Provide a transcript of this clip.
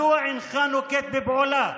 מדוע אינך נוקט פעולה?